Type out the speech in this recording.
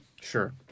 Sure